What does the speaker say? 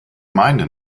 meine